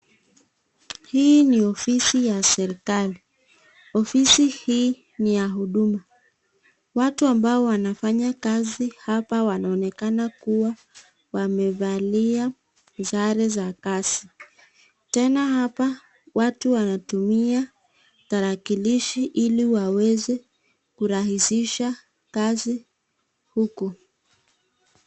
Hii ni ofisi ya serikali. Ofisi hii ni ya huduma. Watu ambao wanafanya kazi hapa wanaonekana kuwa wamevalia sare za kazi. Tena hapa watu wanatumia tarakilishi ili waweze kurahihisha kazi huku.